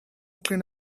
clean